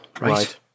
Right